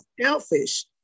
selfish